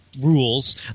rules